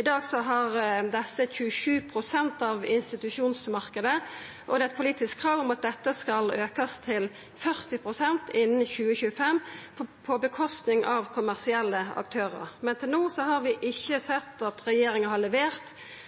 I dag har desse aktørane 27 pst. av institusjonsmarknaden, og det er eit politisk krav at dette skal aukast til 40 pst. innan 2025, på kostnad av kommersielle aktørar. Men til no har vi ikkje sett at regjeringa har levert